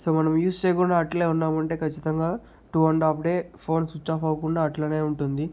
so మనం use చేయకుండా అట్లే ఉన్నామంటే ఖచ్చితంగా two and half day phone switch off అవ్వకుండా అట్లనే ఉంటుంది